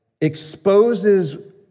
exposes